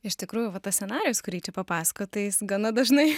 iš tikrųjų va tas scenarijus kurį čia papasakojot tai jis gana dažnai